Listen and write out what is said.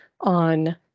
on